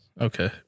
Okay